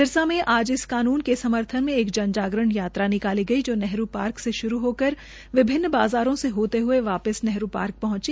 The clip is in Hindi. सिरसा में आज इस कानून के समर्थन में एक जन जागरण यात्रा निकाली गई जो नेहरू पार्क से शुरू होकर विभिन्न बाज़ारों से होते हये वापिस नेहरू पार्क पहुंची